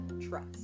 trust